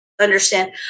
Understand